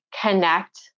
connect